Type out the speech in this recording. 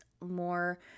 more